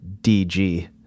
DG